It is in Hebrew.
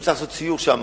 ואם צריך לעשות סיור שם,